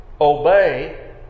obey